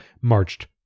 marched